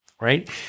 right